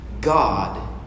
God